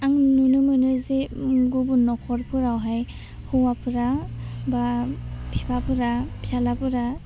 आं नुनो मोनो जे गुबुन नखरफोरावहाय हौवाफोरा बा फिफाफोरा फिसालाफोरा